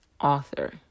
author